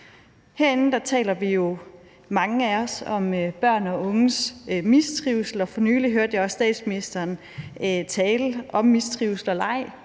Herinde taler mange af os jo om børn og unges mistrivsel, og for nylig hørte jeg også statsministeren tale om mistrivsel og leg